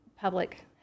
public